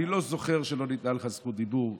אני לא זוכר שלא ניתנה לך זכות דיבור,